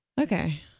Okay